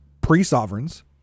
pre-sovereign's